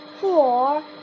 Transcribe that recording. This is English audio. four